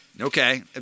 Okay